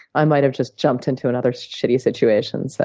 i might have just jumped into another shitty situation, so